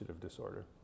disorder